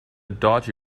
dodgy